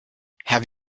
have